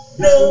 no